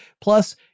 Plus